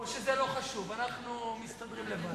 או שזה לא חשוב, אנחנו מסתדרים לבד.